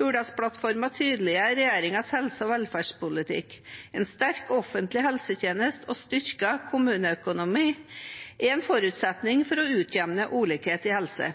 tydeliggjør regjeringens helse- og velferdspolitikk. En sterk offentlig helsetjeneste og styrket kommuneøkonomi er en forutsetning for å utjevne ulikheter i helse.